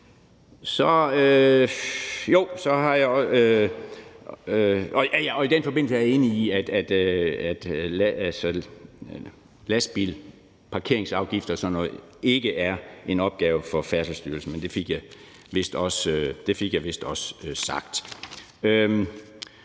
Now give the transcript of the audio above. Og i den forbindelse er jeg enig i, at lastbilsparkeringsafgifter og sådan noget ikke er en opgave for Færdselsstyrelsen, men det fik jeg vist også sagt.